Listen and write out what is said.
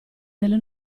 delle